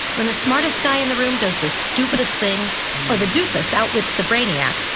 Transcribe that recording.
when the smartest guy in the room does the stupidest thing, or the doofus outwits the brainiac,